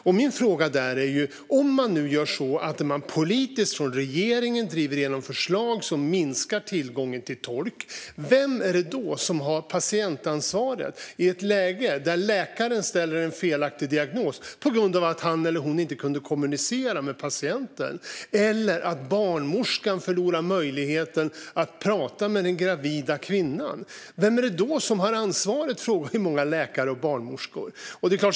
Om regeringen nu politiskt driver igenom förslag som minskar tillgången till tolk, vem är det då som har patientansvaret i ett läge där läkaren ställer en felaktig diagnos på grund av att han eller hon inte kan kommunicera med patienten eller där barnmorskan förlorar möjligheten att prata med den gravida kvinnan? Många läkare och barnmorskor frågar vem det är som har ansvaret då.